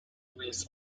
areas